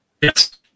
Yes